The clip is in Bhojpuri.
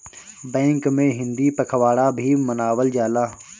बैंक में हिंदी पखवाड़ा भी मनावल जाला